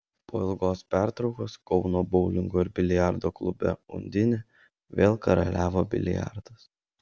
po ilgos pertraukos kauno boulingo ir biliardo klube undinė vėl karaliavo biliardas